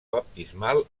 baptismal